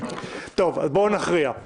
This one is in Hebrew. בואו נכריע.